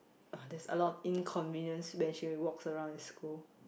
oh there's a lot of inconvenience when she walks around in school